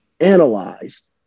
analyzed